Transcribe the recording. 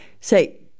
say